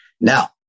Now